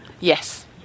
yes